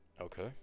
Okay